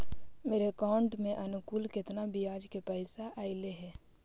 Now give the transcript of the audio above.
मेरे अकाउंट में अनुकुल केतना बियाज के पैसा अलैयहे?